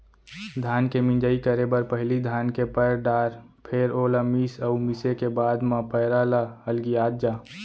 धान के मिंजई करे बर पहिली धान के पैर डार फेर ओला मीस अउ मिसे के बाद म पैरा ल अलगियात जा